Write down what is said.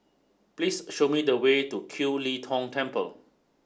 please show me the way to Kiew Lee Tong Temple